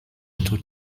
two